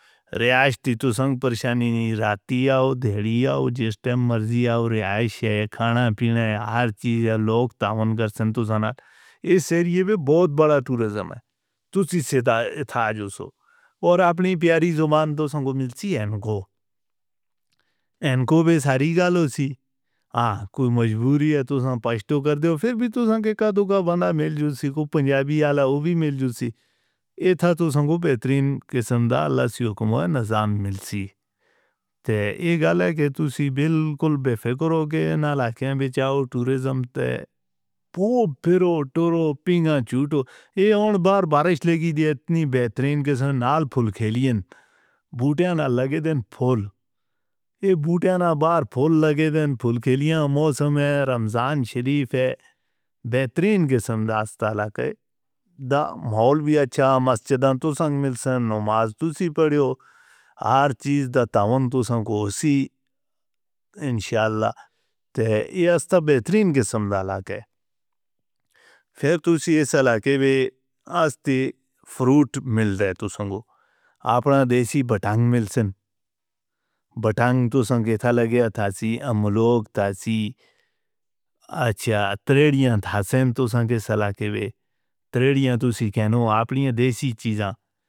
رہائش تے تسنگ پریشانی نہیں، راتیاں ہو، ڈھڑیاں ہو، جس ٹائم مرضی آؤ۔ رہائش ہے، کھانا پینا ہے، ہر چیز ہے، لوگ تعاون کردیں تسنگ۔ اس ایریے میں بہت بڑا ٹورزم ہے۔ تسیں سیدھا اتھا آ جاؤ۔ اور اپنی پیاری زبان تسنگو ملتی ہیں انکو۔ انکو بھی ساری گالوں سی۔ ہاں، کوئی مجبوری ہے، تسنگ پشتو کردے ہو، پھر بھی تسنگ کے کدھوں بندہ مل جوسی۔ کوئی پنجابی آلا وہ بھی مل جوسی۔ اتھا تسنگو بہترین قسم دا لسی وکمہ نظام ملسی۔ تے ایک گال ہے کہ تسیں بالکل بے فکر ہو کے نالاکیاں بیچ آؤ ٹورزم تے پو پھرو ٹرو پینگاں چھوٹو۔ یہ اون بار بارش لگی دی ہے اتنی بہترین قسم نال پھول کھلییں۔ بوٹیاں نال لگے دن پھول۔ یہ بوٹیاں نال بار پھول لگے دن پھول کھلییں۔ موسم ہے رمضان شریف ہے۔ بہترین قسم دا اس طالعہ ہے۔ دا محول بھی اچھا مسجدان تسنگ ملسن۔ نماز توسی پڑھیو۔ ہر چیز دا تعاون تسنگو ہسی انشاءاللہ۔ تے یہ اس تا بہترین قسم دا علاقہ ہے۔ پھر تسیں اس علاقے بھی آستے فروٹ ملتے تسنگو۔ اپنا دیسی بٹانگ ملسن۔ بٹانگ تسنگ اتھا لگے اتھا سی۔ ام لوگ اتھا سی۔ اچھا ترڈیاں تھا سن تسنگ کے اس علاقے بھی۔ ترڈیاں توسی کہنو اپنی دیسی چیزاں.